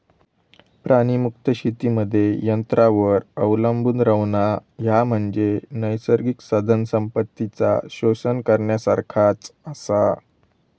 प्राणीमुक्त शेतीमध्ये यंत्रांवर अवलंबून रव्हणा, ह्या म्हणजे नैसर्गिक साधनसंपत्तीचा शोषण करण्यासारखाच आसा